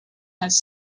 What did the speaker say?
has